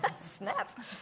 Snap